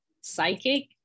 psychic